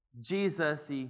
Jesus